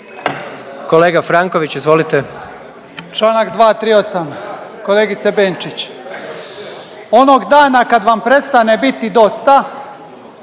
**Franković, Mato (HDZ)** Članak 238., kolegice Benčić onog dana kad vam prestane biti dosta